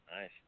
Nice